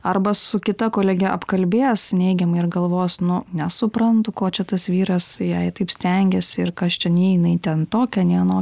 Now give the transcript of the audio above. arba su kita kolege apkalbės neigiamai ir galvos nu nesuprantu ko čia tas vyras jai taip stengiasi ir kas čia nei jinai ten tokia nei anokia